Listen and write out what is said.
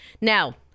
Now